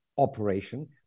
operation